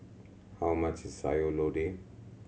how much is Sayur Lodeh